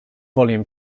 volume